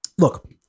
Look